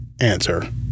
Answer